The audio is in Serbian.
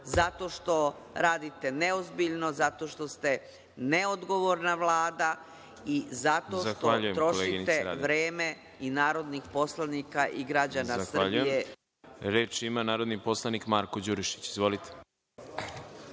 zato što radite neozbiljno, zato što ste neodgovorna Vlada i zato što trošite vreme narodnih poslanika i građana Srbije. **Đorđe Milićević** Reč ima narodni poslanik Marko Đurišić.